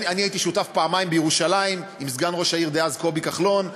אני הייתי שותף פעמיים בירושלים עם סגן ראש העיר דאז קובי כחלון,